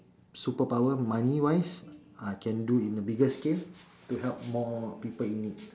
super power money wise I can do in a bigger scale to help more people in need